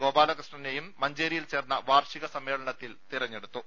ഗോപാലകൃഷ്ണനേയും മഞ്ചേരിയിൽ ചേർന്ന വാർഷിക സമ്മേളനം തെരഞ്ഞെടുത്തു